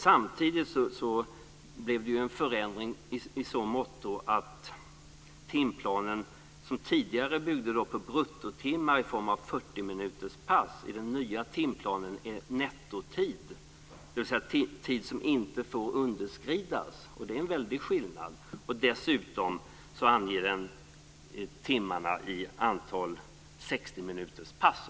Samtidigt blev den en förändring i så måtto att den gamla timplanen som byggde på bruttotimmar i form av 40-minuterspass byttes ut mot en timplan som byggde på nettotid, dvs. tid som inte får underskridas, och det är en väldig skillnad. Dessutom anges timmarna i antal 60-minuterspass.